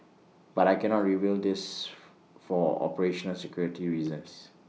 but I cannot reveal this for operational security reasons